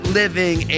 living